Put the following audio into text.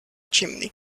chimney